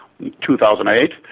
2008